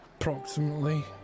Approximately